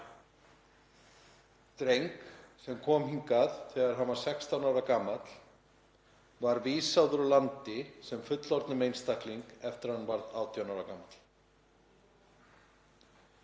dreng sem kom hingað þegar hann var 16 ára gamall var vísað úr landi sem fullorðnum einstaklingi eftir að hann varð 18 ára gamall.